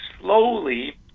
slowly